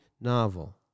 novel